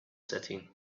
setting